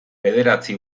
bederatzi